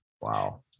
Wow